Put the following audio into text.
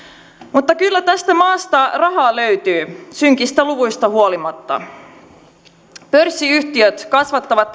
mutta kyllä tästä maasta rahaa löytyy synkistä luvuista huolimatta pörssiyhtiöt kasvattavat